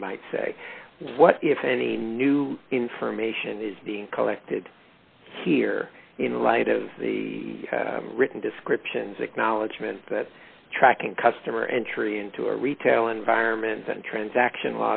one might say what if any new information is being collected here in light of the written descriptions acknowledgement that tracking customer entry into a retail environment and transaction